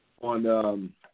on